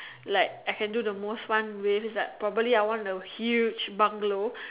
like I can do the most fun with is like probably I want a huge bungalow